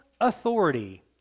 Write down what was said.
authority